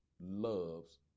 loves